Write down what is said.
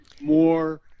more